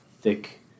thick